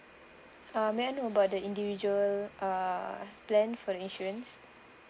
uh may I know about the individual uh plan for the insurance